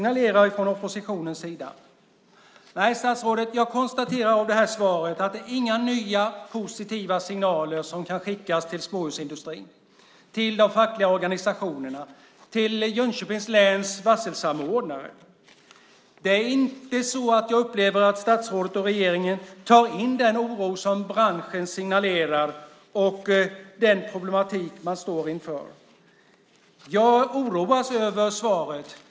Nej, statsrådet, jag konstaterar att det inte finns några nya, positiva signaler i det här svaret som kan skickas till småhusindustrin, till de fackliga organisationerna och till Jönköpings läns varselsamordnare. Jag upplever inte att statsrådet och regeringen tar in den oro som branschen signalerar och de problem som den står inför. Jag oroas över svaret.